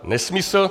Nesmysl.